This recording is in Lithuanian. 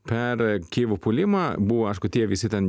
per kijevo puolimą buvo aišku tie visi ten